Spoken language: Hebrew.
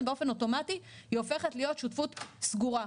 באופן אוטומטי היא הופכת להיות שותפות סגורה.